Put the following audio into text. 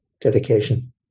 dedication